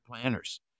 planners